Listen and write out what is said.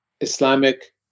Islamic